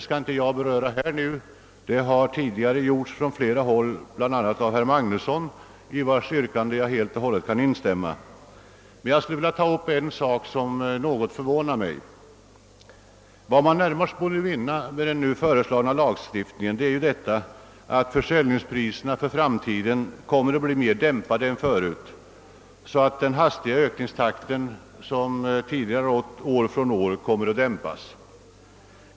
Flera talare har tidigare i dag tagit upp detta, bl.a. herr Magnusson i Borås, i vars yrkande jag helt och hållet kan instämma. Jag skulle vilja ta upp en fråga som förvånar mig mnwågot. Vad man närmast skulle vinna med den nu föreslagna lagstiftningen är at försäljningspriserna för framtiden kommer att bli mer dämpade och att den tidigare år från år hastiga ökningen kommer att minskas.